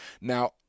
Now